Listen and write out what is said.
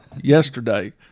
yesterday